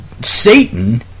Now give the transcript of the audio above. satan